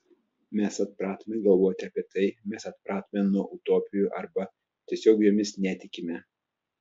mes atpratome galvoti apie tai mes atpratome nuo utopijų arba tiesiog jomis netikime